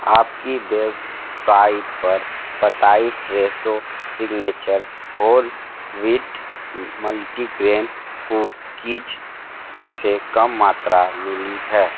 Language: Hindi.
आपकी बेवसाइट पर पताई Fresho signature whole wheat multigrain cookies से कम मात्रा मिली है